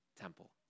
temple